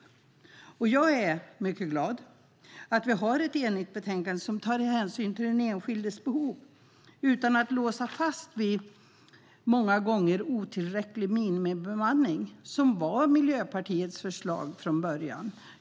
Jag är mycket glad över att vi i dag har ett enigt betänkande som tar hänsyn till den enskildes behov utan att låsa fast sig vid en många gånger otillräcklig minimibemanning, vilket var Miljöpartiets förslag från början.